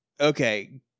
Okay